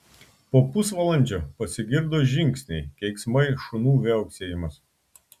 po pusvalandžio pasigirdo žingsniai keiksmai šunų viauksėjimas